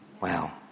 Wow